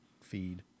feed